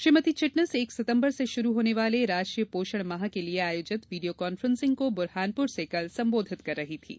श्रीमती चिटनिस एक सितम्बर से शुरू होने वाले राष्ट्रीय पोषण माह के लिए आयोजित वीडियो कहन्फ्रेंसिंग को बुरहानपुर से कल संबोधित कर रही थीं